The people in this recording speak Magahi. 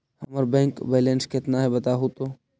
हमर बैक बैलेंस केतना है बताहु तो?